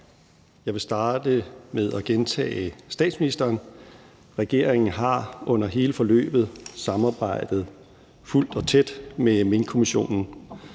Jeg vil starte med at gentage statsministeren. Regeringen har under hele forløbet samarbejdet fuldt og tæt med Minkkommissionen.